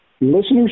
Listeners